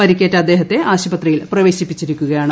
പരിക്കേറ്റ അദ്ദേഹത്തെ ആശുപ ത്രിയിൽ പ്രവേശിപ്പിച്ചിരിക്കുകയാണ്